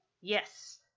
Yes